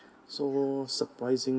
so surprising